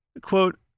quote